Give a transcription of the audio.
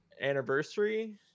anniversary